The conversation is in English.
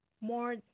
more